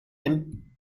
him